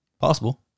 Possible